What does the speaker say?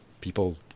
people